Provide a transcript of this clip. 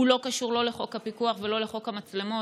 לא קשור לא לחוק הפיקוח ולא לחוק המצלמות.